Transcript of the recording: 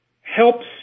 helps